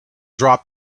dropped